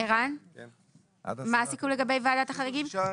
אני יכול להעיד על עצמי שיש לי